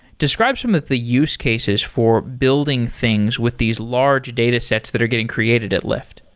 describe some of the use cases for building things with these large datasets that are getting created at lyft.